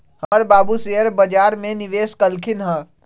हमर बाबू शेयर बजार में निवेश कलखिन्ह ह